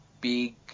big